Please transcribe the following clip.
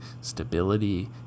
stability